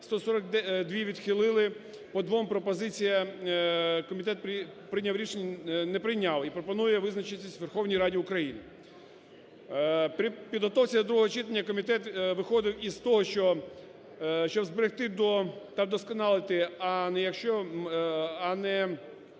142 – відхилили, по двом пропозиціям комітет рішення не прийняв і пропонує визначитися Верховній Раді України. При підготовці до другого читання комітет виходив із того, що щоб зберегти та вдосконалити, а не, якщо можна